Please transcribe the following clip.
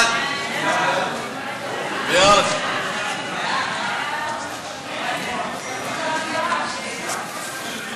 להעביר את הצעת חוק לתיקון פקודת הסטטיסטיקה (עונשין),